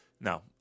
no